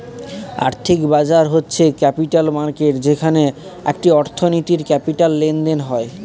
আর্থিক বাজার হচ্ছে ক্যাপিটাল মার্কেট যেখানে একটি অর্থনীতির ক্যাপিটাল লেনদেন হয়